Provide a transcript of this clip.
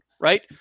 Right